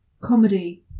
comedy